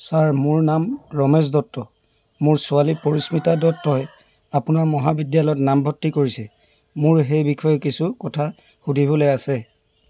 sir মোৰ নাম ৰমেশ দত্ত মোৰ ছোৱালী পৰিশ্মিতা দত্তই আপোনাৰ মহবিদ্যালয়ত নামভৰ্ত্তি কৰিছে মোৰ সেই বিষয়ে কিছু কথা সুধিবলৈ আছে